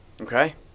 Okay